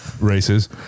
races